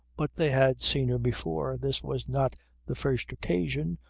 but they had seen her before. this was not the first occasion,